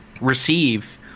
receive